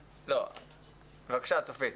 בבקשה, צופית.